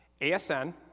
ASN